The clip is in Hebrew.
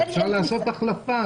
אפשר לעשות החלפה.